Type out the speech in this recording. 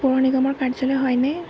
পৌৰ নিগমৰ কাৰ্যালয় হয়নে